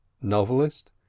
novelist